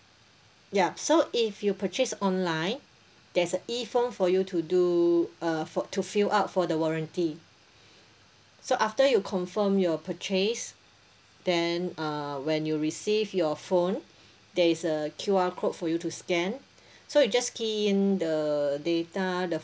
yup so if you purchase online there's E form for you to do uh for to fill up for the warranty so after you confirm your purchase then uh when you receive your phone there is a Q_R code for you to scan so you just key in the data the